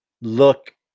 look